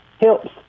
helps